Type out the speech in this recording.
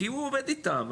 כי הוא עובד איתם,